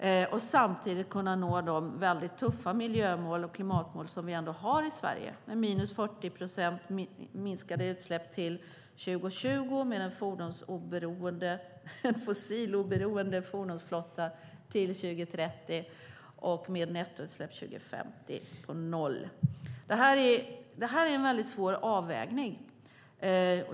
Vi ska ju samtidigt kunna nå de tuffa miljömål och klimatmål som vi har i Sverige med 40 procent minskade utsläpp till 2020, med en fossiloberoende fordonsflotta till 2030 och med nettoutsläpp 2050 på noll. Detta är en svår avvägning.